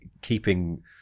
keeping